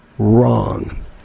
wrong